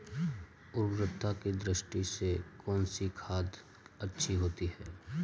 उर्वरकता की दृष्टि से कौनसी खाद अच्छी होती है?